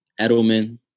Edelman